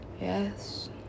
yes